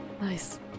nice